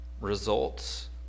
results